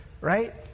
right